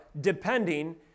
depending